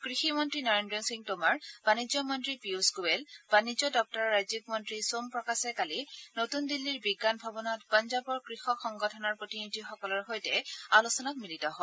কৃষিমন্ত্ৰী নৰেদ্ৰ সিং টোমৰ বাণিজ্য মন্ত্ৰী পিয়ুষ গোৱেলবাণিজ্য দপ্তৰৰ ৰাজ্যিক মন্ত্ৰী সোম প্ৰকাশে কালি নতুন দিল্লীৰ বিজ্ঞান ভৱনত পঞ্জাৱৰ কৃষক সংগঠনৰ প্ৰতিনিধিসকলৰ সৈতে আলোচনাত মিলিত হয়